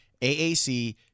AAC